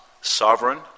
sovereign